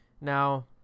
Now